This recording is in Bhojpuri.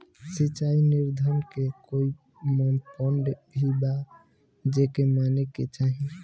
सिचाई निर्धारण के कोई मापदंड भी बा जे माने के चाही?